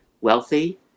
wealthy